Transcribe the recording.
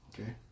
Okay